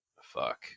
Fuck